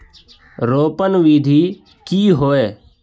रोपण विधि की होय?